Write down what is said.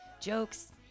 jokes